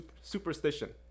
superstition